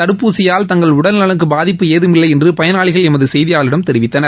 தடுப்பூசியால் தங்கள் உடல் நல்லுக்கு பாதிப்பு ஏதுமில்லை என்று பயனாளிகள் எமது செய்தியாளரிடம் தெரிவித்தனர்